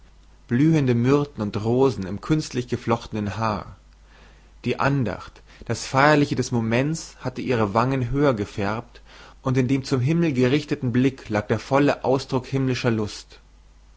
blühende myrten und rosen im künstlich geflochtenen haar die andacht das feierliche des moments hatte ihre wangen höher gefärbt und in dem zum himmel gerichteten blick lag der volle ausdruck himmlischer lust